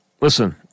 listen